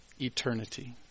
eternity